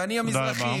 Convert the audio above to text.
ואני המזרחי, תודה רבה.